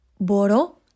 Boro